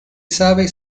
sabe